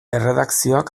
erredakzioak